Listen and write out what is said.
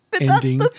Ending